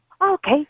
Okay